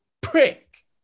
prick